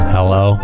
Hello